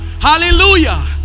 hallelujah